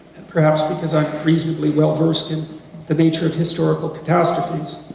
and perhaps because i'm reasonably well versed in the nature of historical catastrophes,